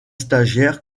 stagiaire